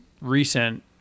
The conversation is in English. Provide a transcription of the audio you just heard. recent